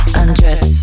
undress